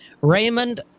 Raymond